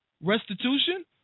restitution